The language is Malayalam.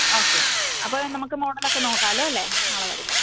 ഓക്കെ അപ്പോള് നമുക്ക് മോഡലൊക്കെ നോക്കാമല്ലോ അല്ലേ നാളെ വരുമ്പോള്